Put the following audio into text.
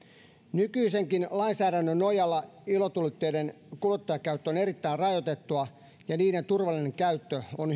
nykyisenkin lainsäädännön nojalla ilotulitteiden kuluttajakäyttö on erittäin rajoitettua ja niiden turvallinen käyttö on hyvin